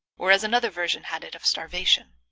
or as another version had it, of starvation.